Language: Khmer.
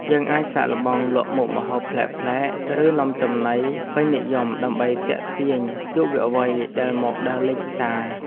យើងអាចសាកល្បងលក់មុខម្ហូបប្លែកៗឬនំចំណីពេញនិយមដើម្បីទាក់ទាញយុវវ័យដែលមកដើរលេងផ្សារ។